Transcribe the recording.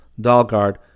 Dalgard